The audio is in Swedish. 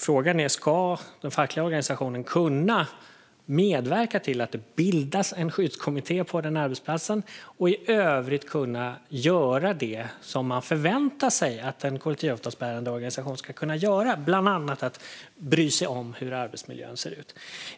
Frågan är alltså: Ska den fackliga organisationen kunna medverka till att det bildas en skyddskommitté på arbetsplatsen och i övrigt kunna göra det som man förväntar sig att en kollektivavtalsbärande organisation ska kunna göra, bland annat bry sig om hur arbetsmiljön ser ut?